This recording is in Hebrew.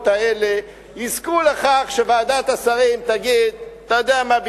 האלה יזכו לכך שוועדת השרים תגיד: אתה יודע מה,